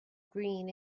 green